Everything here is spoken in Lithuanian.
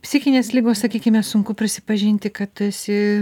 psichinės ligos sakykime sunku prisipažinti kad esi